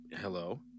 Hello